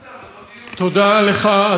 תודה לך, אדוני היושב-ראש.